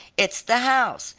it's the house.